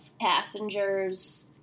passengers